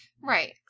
Right